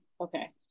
Okay